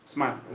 Smile